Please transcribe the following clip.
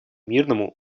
мирному